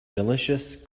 delicious